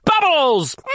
bubbles